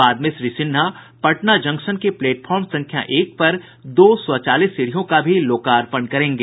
बाद में श्री सिन्हा पटना जंक्शन के प्लेटफॉर्म संख्या एक पर दो स्वचालित सीढ़ियों का भी लोकार्पण करेंगे